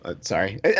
sorry